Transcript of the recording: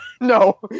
No